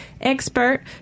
expert